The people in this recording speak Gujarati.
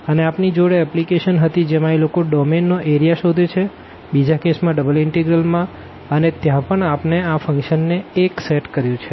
અને આપણી જોડે એપ્લીકેશન હતી જેમાં એ લોકો ડોમેન નો એરિયા શોધે છે બીજા કેસ માં ડબલ ઇનટેગ્રલ માં અને ત્યાં પણ આપણે આ ફંક્શન ને 1 સેટ કર્યું છે